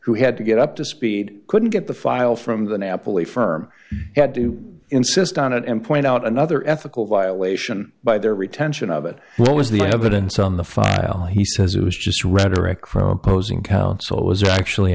who had to get up to speed couldn't get the file from the napoli firm had to insist on it and point out another ethical violation by their retention of it well as the evidence on the file he says it was just rhetoric from opposing counsel it was actually